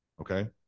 Okay